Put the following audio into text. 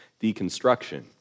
deconstruction